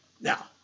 Now